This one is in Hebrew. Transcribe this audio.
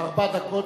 ארבע דקות,